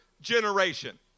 generation